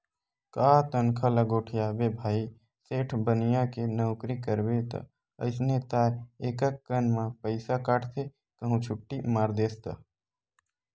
का तनखा ल गोठियाबे भाई सेठ बनिया के नउकरी करबे ता अइसने ताय एकक कन म पइसा काटथे कहूं छुट्टी मार देस ता